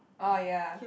oh ya